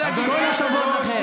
כל הכבוד לכם.